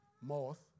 moth